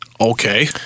Okay